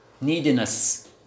Neediness